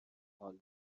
حال